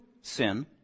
sin